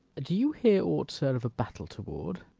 do you hear aught, sir, of a battle toward?